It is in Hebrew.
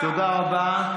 תודה רבה.